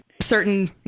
certain